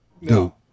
no